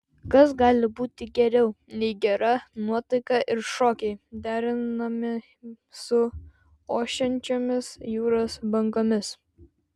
kas gali būti geriau nei gera nuotaika ir šokiai derinami su ošiančiomis jūros bangomis